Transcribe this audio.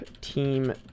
Team